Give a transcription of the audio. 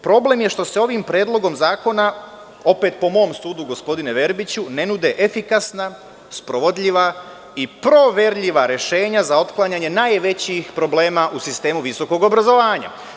Problem je što se ovim predlogom zakona, opet po mom sudu, gospodine Verbiću, ne nude efikasna, sprovodljiva i proverljiva rešenja za otklanjanje najvećih problema u sistemu visokog obrazovanja.